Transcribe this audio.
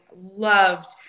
loved